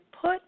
put